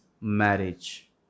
marriage